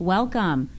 Welcome